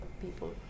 people